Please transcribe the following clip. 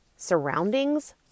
surroundings